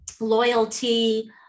loyalty